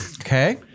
Okay